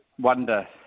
wonder